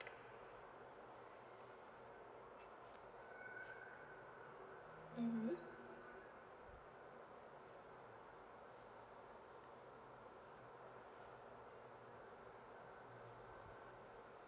mmhmm